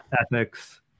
Ethics